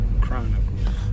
Chronicles